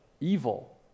Evil